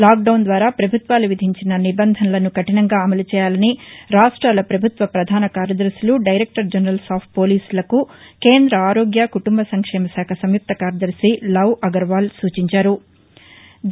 lock down ద్వారా ప్రభుత్వాలు విధించిన నిబంధనలను కఠినంగా అమలు చేయాలని రాష్ట్రాల ప్రభుత్వ ప్రధాన కార్యదర్శులు దైరెక్టర్ జనరల్స్ ఆఫ్ పోలీసులకు కేంద్ర ఆరోగ్య కుటుంబ సంక్షేమ శాఖ సంయుక్త కార్యదర్శఇ లవ్ అగర్వాల్ సూచించారు